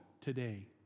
today